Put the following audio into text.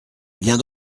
viens